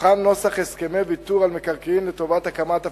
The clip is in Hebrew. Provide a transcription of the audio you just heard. הוכן נוסח הסכמי ויתור על מקרקעין לטובת הקמת הפרויקט,